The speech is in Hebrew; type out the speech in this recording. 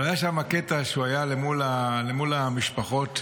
אבל היה שמה קטע שהוא היה למול המשפחות החטופים,